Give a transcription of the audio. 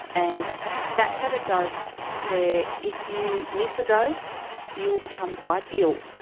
and that's at a dose where if you miss a dose you will become quite ill.